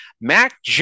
Mac